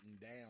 down